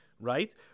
Right